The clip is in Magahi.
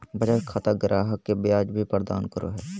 बचत खाता ग्राहक के ब्याज भी प्रदान करो हइ